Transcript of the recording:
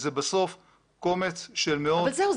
ובסוף זה קומץ של מאות לעומת אלפים --- אבל זהו,